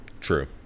True